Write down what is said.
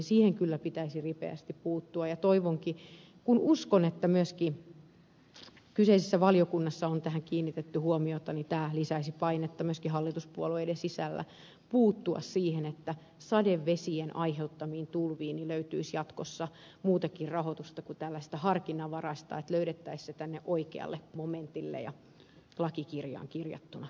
siihen kyllä pitäisi ripeästi puuttua ja toivonkin kun uskon että myöskin kyseisessä valiokunnassa on tähän kiinnitetty huomiota että tämä lisäisi painetta myöskin hallituspuolueiden sisällä puuttua siihen että sadevesien ai heuttamiin tulviin löytyisi jatkossa muutakin rahoitusta kuin tällaista harkinnanvaraista että löydettäisiin se tänne oikealle momentille ja lakikirjaan kirjattuna